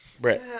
Brett